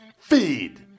feed